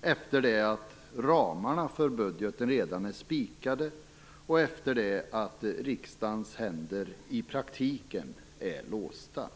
efter det att ramarna för budgeten redan är spikade och efter det att riksdagens händer i praktiken är låsta.